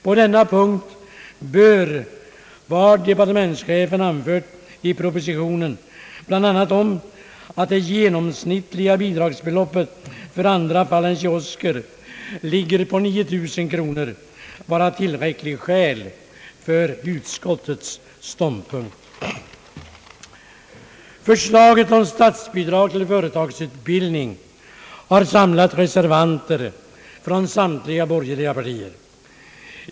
På denna punkt bör vad departementschefen anfört i propositionen, bl.a. om att det genomsnittliga bidragsbeloppet för andra fall än kiosker ligger på 9 000 kronor, vara tillräckligt skäl för utskottets ståndpunkt. Förslaget om statsbidrag till företagsutbildning har samlat reservanter från samtliga borgerliga partier.